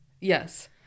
Yes